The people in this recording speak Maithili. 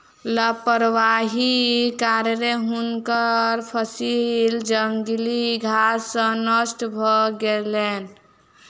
लापरवाहीक कारणेँ हुनकर फसिल जंगली घास सॅ नष्ट भ गेलैन